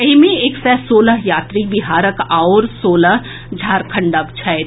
एहिमे एक सय सोलह यात्री बिहारक आओर सोलह झारखण्डक छथि